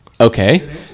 Okay